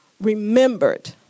remembered